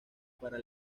para